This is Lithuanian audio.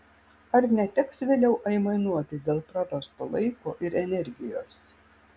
ar neteks vėliau aimanuoti dėl prarasto laiko ir energijos